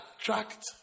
attract